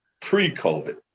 pre-COVID